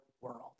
world